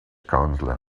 counselor